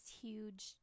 huge